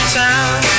town